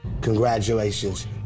Congratulations